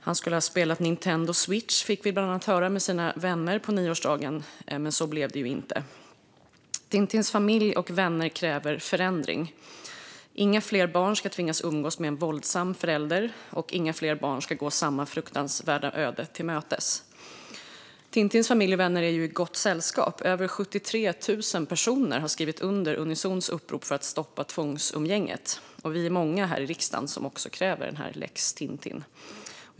Han skulle ha spelat Nintendo Switch med sina vänner på nioårsdagen, fick vi höra, men så blev det ju inte. Tintins familj och vänner kräver förändring. Inga fler barn ska tvingas umgås med en våldsam förälder, och inga fler barn ska gå samma fruktansvärda öde till mötes. Tintins familj och vänner är i gott sällskap. Över 73 000 personer har skrivit under Unizons upprop för att stoppa tvångsumgänget. Vi är många här i riksdagen som kräver en lex Tintin.